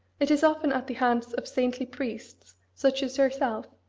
it is often at the hands of saintly priests, such as yourself,